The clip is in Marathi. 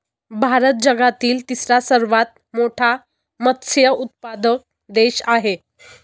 भारत जगातील तिसरा सर्वात मोठा मत्स्य उत्पादक देश आहे